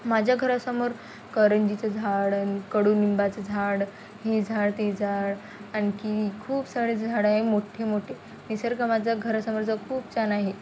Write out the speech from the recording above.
माझ्या घरासमोर करंजीचं झाड कडुनिंबाचं झाड हे झाड ते झाड आणखी खूप सारे झाडं आहे मोठ्ठे मोठे निसर्ग माझा घरासमोरचा खूप छान आहे